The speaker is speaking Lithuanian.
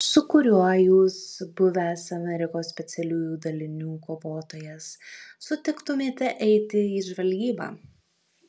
su kuriuo jūs buvęs amerikos specialiųjų dalinių kovotojas sutiktumėte eiti į žvalgybą